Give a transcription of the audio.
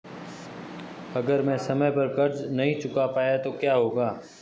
अगर मैं समय पर कर्ज़ नहीं चुका पाया तो क्या होगा?